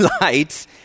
lights